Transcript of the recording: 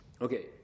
Okay